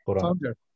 founder